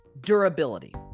durability